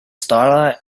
starlight